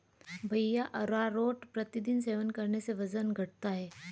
भैया अरारोट प्रतिदिन सेवन करने से वजन घटता है